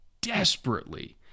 desperately –